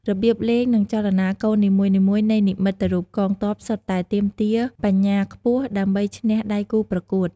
របៀបលេង និងចលនាកូននីមួយៗនៃនិមិត្តរូបកងទ័ពសុទ្ធតែទាមទារបញ្ញាខ្ពស់ ដើម្បីឈ្នះដៃគូប្រកួត។